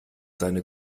seine